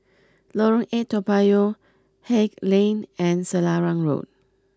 Lorong eight Toa Payoh Haig Lane and Selarang Road